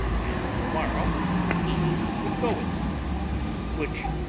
and on the morrow he would go with them which,